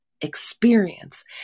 experience